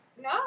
No